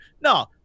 No